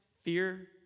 Fear